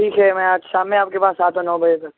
ٹھیک ہے میں آج شام میں آپ کے پاس آتا ہوں نو بجے تک